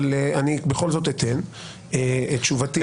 אבל אני בכל זאת אתן את תשובתי.